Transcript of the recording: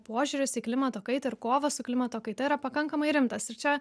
požiūris į klimato kaitą ir kovą su klimato kaita yra pakankamai rimtas ir čia